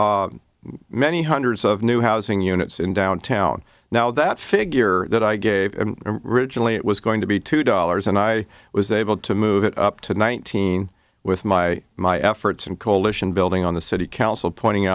date many hundreds of new housing units in downtown now that figure that i gave ridgeley it was going to be two dollars and i was able to move it up to nineteen with my my efforts and coalition building on the city council pointing